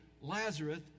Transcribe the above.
Lazarus